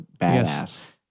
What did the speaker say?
Badass